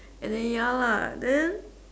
and then ya lah then